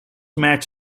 match